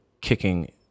kicking